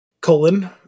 colon